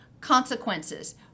consequences